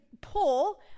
pull